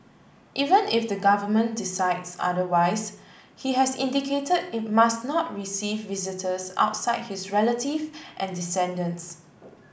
even if the government decides otherwise he has indicated it must not receive visitors outside his relative and descendants